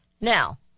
Now